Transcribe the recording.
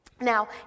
now